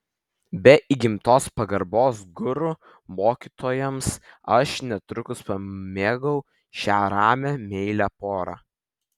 be įgimtos pagarbos guru mokytojams aš netrukus pamėgau šią ramią meilią porą